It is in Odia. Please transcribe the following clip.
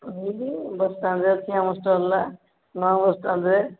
ଏଇଠି ବସ୍ଷ୍ଟାଣ୍ଡରେ ଅଛି ଆମ ଷ୍ଟଲ୍ଟା ନୂଆ ବସ୍ଷ୍ଟାଣ୍ଡରେ